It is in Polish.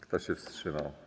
Kto się wstrzymał?